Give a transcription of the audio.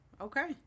okay